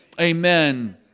amen